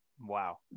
Wow